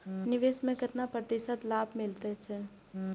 निवेश में केतना प्रतिशत लाभ मिले छै?